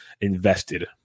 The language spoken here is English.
invested